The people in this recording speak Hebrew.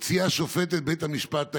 הוציאה שופטת בית המשפט העליון,